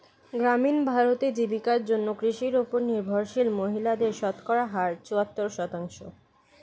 গ্রামীণ ভারতে, জীবিকার জন্য কৃষির উপর নির্ভরশীল মহিলাদের শতকরা হার চুয়াত্তর শতাংশ